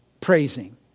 praising